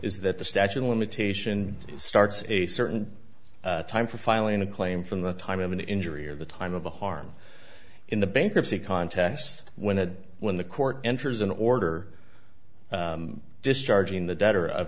is that the statute of limitation starts a certain time for filing a claim from the time of an injury or the time of the harm in the bankruptcy contest when that when the court enters an order discharging the debtor of